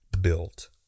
built